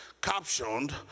Captioned